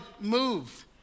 move